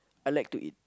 I like to eat